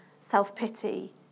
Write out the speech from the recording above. self-pity